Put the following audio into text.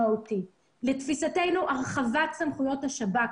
לתפיסתנו הרחבת סמכויות השב"כ,